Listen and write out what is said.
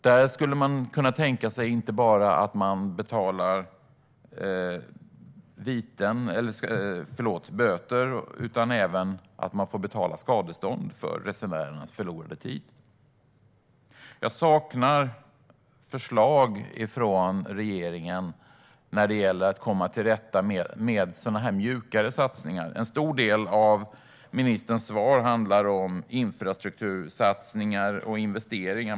Där skulle man kunna tänka sig att de som gör detta skulle få betala inte bara böter utan även skadestånd för resenärernas förlorade tid. Jag saknar förslag från regeringen när det gäller att komma till rätta med problem med mjukare satsningar. En stor del av ministerns svar handlar om infrastruktursatsningar och investeringar.